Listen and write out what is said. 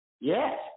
Yes